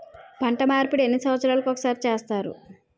పంట మార్పిడి ఎన్ని సంవత్సరాలకి ఒక్కసారి చేస్తారు?